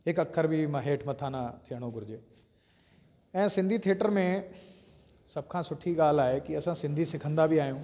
हिक अख़र बि हेठि मथां न थियणो घुरिजे ऐं सिंधी थिएटर में सभ खां सुठी ॻाल्हि आहे की असां सिंधी सिखंदा बि आहियूं